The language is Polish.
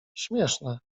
śmieszne